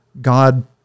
God